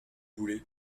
voulez